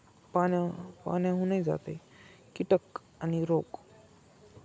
पाण्या पाण्याहूनही जातं आहे कीटक आणि रोग